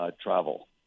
travel